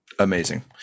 Amazing